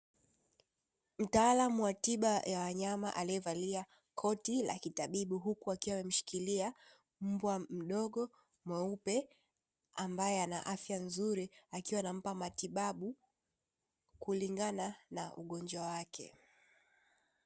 Mtaalamu wa tiba ya wanyama aliyevalia koti la kitabibu huku akiwa amemshikilia mbwa mdogo mweupe, ambaye ana afya nzuri akiwa ana mpa matibabu kulingana na ugonjwa wake.